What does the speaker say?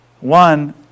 one